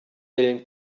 willen